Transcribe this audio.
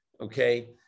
Okay